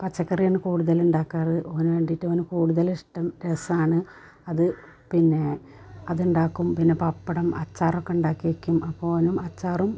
പച്ചക്കറിയാണ് കൂടുതലുണ്ടാക്കാറ് ഓന് വേണ്ടിയിട്ട് ഓന് കൂടുതലിഷ്ടം രസമാണ് അതു പിന്നേ അതുണ്ടാക്കും പിന്നെ പപ്പടം അച്ചാറൊക്കെ ഉണ്ടാക്കി വെയ്ക്കും അപ്പോൾ ഓനും അച്ചാറും